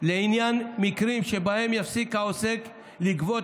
לעניין מקרים שבהם יפסיק העוסק לגבות